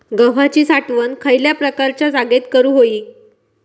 गव्हाची साठवण खयल्या प्रकारच्या जागेत करू होई?